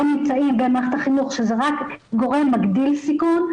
נמצאים במערכת החינוך שזה רק גורם מגדיל סיכון,